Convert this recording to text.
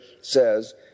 says